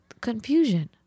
confusion